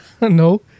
No